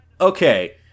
okay